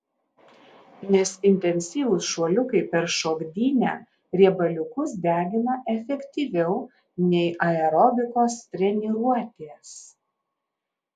nes intensyvūs šuoliukai per šokdynę riebaliukus degina efektyviau nei aerobikos treniruotės